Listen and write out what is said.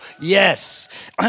yes